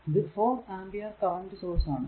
ഇത് 4 ampere current source ആണ്